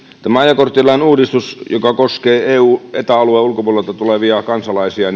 tämä ajokorttilain uudistus joka koskee eu ja eta alueen ulkopuolelta tulevia kansalaisia